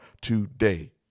today